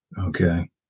Okay